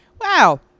wow